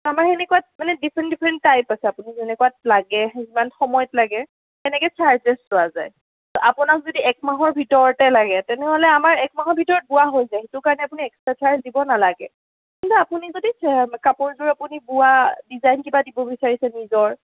আমাৰ সেনেকুৱা মানে ডিফেৰন্ট ডিফেৰন্ট টাইপ আছে আপুনি যেনেকুৱাত লাগে যিমান সময়ত লাগে সেনেকে চাৰ্জেচ লোৱা যায় আপোনাক যদি এক মাহৰ ভিতৰতে লাগে তেনেহ'লে আমাৰ এক মাহৰ ভিতৰত বোৱা হৈ যায় সেইটো কাৰণে আপুনি এক্সট্ৰা চাৰ্জ দিব নালাগে আপুনি যদি কাপোৰযোৰ আপুনি বোৱা ডিজাইন কিবা দিব বিচাৰিছে নিজৰ